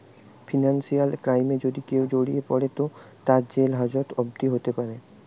financial ক্রাইমে যদি কেও জড়িয়ে পড়ে তো তার জেল হাজত অবদি হোতে পারে